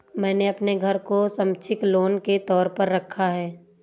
मैंने अपने घर को संपार्श्विक लोन के तौर पर रखा है